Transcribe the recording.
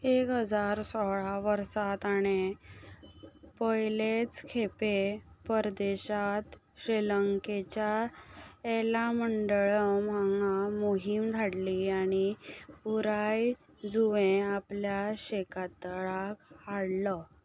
एक हजार सोळा वर्सा ताणें पयलेच खेपे परदेशांत श्रीलंकेच्या एलामंडळम हांगा मोहीम धाडली आनी पुराय जुंवे आपल्या शेकातळाक हाडलो